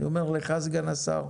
אני אומר לך סגן השר,